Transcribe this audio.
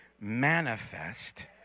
manifest